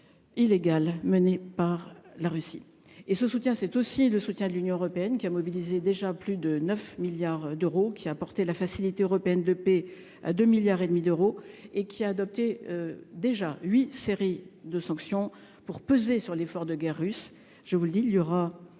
illégale menée par la Russie. En outre, je le rappelle, l'Union européenne a mobilisé déjà plus de 9 milliards d'euros. Elle a porté la Facilité européenne pour la paix à 2,5 milliards d'euros et a adopté huit séries de sanctions, pour peser sur l'effort de guerre russe. Je vous le dis, il y aura,